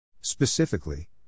Specifically